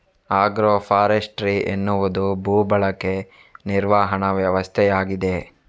agro forestry ಎನ್ನುವುದು ಭೂ ಬಳಕೆ ನಿರ್ವಹಣಾ ವ್ಯವಸ್ಥೆಯಾಗಿದೆ